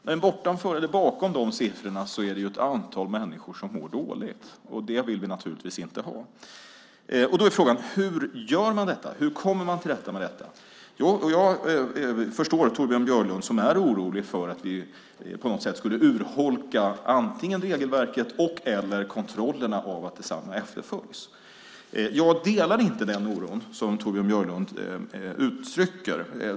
Men bakom de siffrorna är det ett antal människor som mår dåligt, och det vill vi naturligtvis inte ha. Då är frågan: Hur gör man detta? Hur kommer man till rätta med detta? Jag förstår Torbjörn Björlund, som är orolig för att vi på något sätt skulle urholka antingen regelverket eller kontrollerna av att detsamma efterföljs. Jag delar inte den oro som Torbjörn Björlund uttrycker.